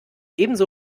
ebenso